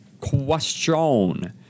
question